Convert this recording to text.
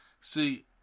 see